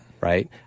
Right